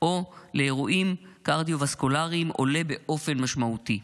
או לאירועים קרדיווסקולריים עולה באופן משמעותי.